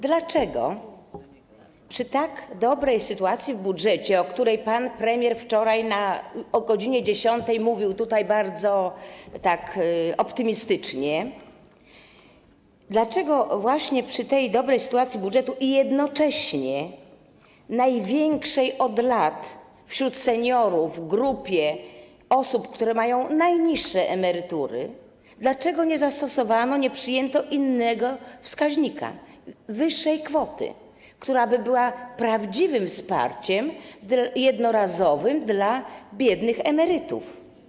Dlaczego przy tak dobrej sytuacji budżetu, o której pan premier wczoraj o godz. 10 mówił tutaj tak bardzo optymistycznie, dlaczego właśnie przy tej dobrej sytuacji budżetu i jednocześnie największej od lat wśród seniorów grupie osób, które mają najniższe emerytury, nie zastosowano, nie przyjęto innego wskaźnika, wyższej kwoty, która by była prawdziwym wsparciem jednorazowym dla biednych emerytów?